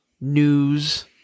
news